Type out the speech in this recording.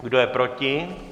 Kdo je proti?